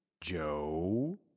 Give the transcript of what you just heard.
Joe